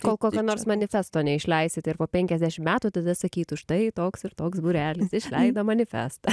kol kokio nors manifesto neišleisit ir po penkiasdešim metų tada sakytų štai toks ir toks būrelis išleido manifestą